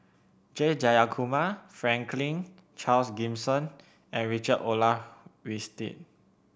J Jayakumar Franklin Charles Gimson and Richard Olaf Winstedt